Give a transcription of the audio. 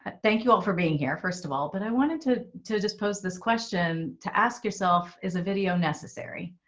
and thank you all for being here, first of all, but i wanted to to just pose this question to ask yourself, is a video necessary?